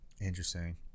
Interesting